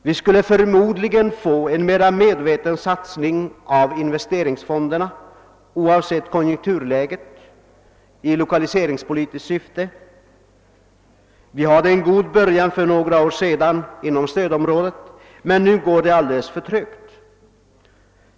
Vi skulle förmodligen få en mer medveten satsning av investeringsfonderna — oavsett konjunkturläget — i lokaliseringspolitiskt syfte. Vi hade en god början för några år sedan inom stödområdet, men nu går det alldeles för trögt.